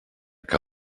que